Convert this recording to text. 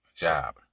Job